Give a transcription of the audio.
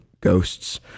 ghosts